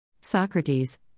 Socrates